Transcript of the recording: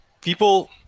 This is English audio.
People